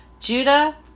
Judah